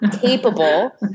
capable